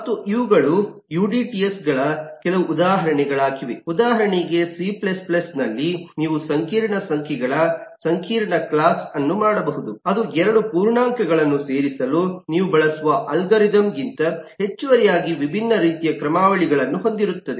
ಮತ್ತು ಇವುಗಳು ಯುಡಿಟಿಸ್ಗಳ ಕೆಲವು ಉದಾಹರಣೆಗಳಾಗಿವೆ ಉದಾಹರಣೆಗೆ ಸಿ C ನಲ್ಲಿ ನೀವು ಸಂಕೀರ್ಣ ಸಂಖ್ಯೆಗಳ ಸಂಕೀರ್ಣ ಕ್ಲಾಸ್ ಅನ್ನು ಮಾಡಬಹುದು ಅದು 2 ಪೂರ್ಣಾಂಕಗಳನ್ನು ಸೇರಿಸಲು ನೀವು ಬಳಸುವ ಅಲ್ಗಾರಿದಮ್ಗಿಂತ ಹೆಚ್ಚುವರಿಯಾಗಿ ವಿಭಿನ್ನ ರೀತಿಯ ಕ್ರಮಾವಳಿಗಳನ್ನು ಹೊಂದಿರುತ್ತದೆ